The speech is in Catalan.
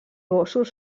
gossos